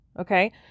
Okay